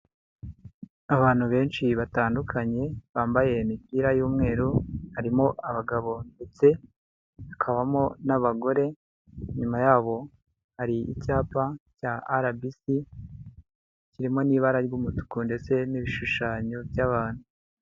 Abantu benshi batandukanye, bambaye imipira y'umweru, harimo abagabo ndetse hakabamo n'abagore, inyuma yabo hari icyapa cya RBC kirimo n'ibara ry'umutuku ndetse n'ibishushanyo by'abantu.